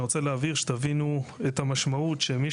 אני רוצה להבהיר שתבינו את המשמעות שמי